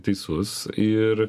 teisus ir